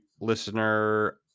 listener